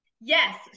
Yes